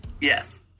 Yes